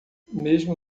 mesmo